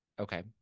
Okay